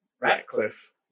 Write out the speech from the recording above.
Ratcliffe